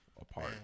apart